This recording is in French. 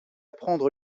prendre